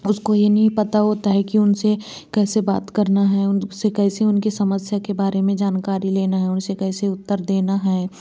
उसको यह नहीं पता होता है कि उनसे कैसे बात करना है उनसे कैसे उनकी समस्या के बारे में जानकारी लेना है उनसे कैसे उत्तर देना है